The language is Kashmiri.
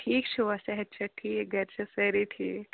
ٹھیٖک چھِوا صحت چھا ٹھیٖک گَرِ چھا سأری ٹھیٖک